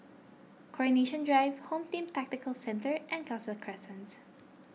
Coronation Drive Home Team Tactical Centre and Khalsa Crescent